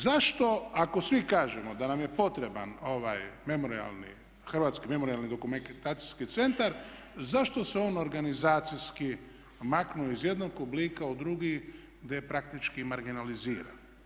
Zašto ako svi kažemo da nam je potreban ovaj Hrvatski memorijalno-dokumentacijski centar zašto se on organizacijski maknuo iz jednog oblika u drugi gdje je praktički marginaliziran?